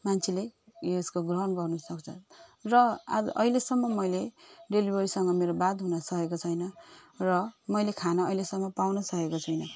मान्छेले यो यसको ग्रहण गर्नुसक्छ र आज अहिलेसम्म मैले डिलिभेरी बोयसँग मेरो बात हुनसकेको छैन र मैले खाना अहिलेसम्म पाउन सकेको छैन